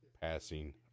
passing